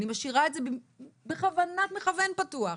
אני משאירה את זה בכוונת מכוון פתוח,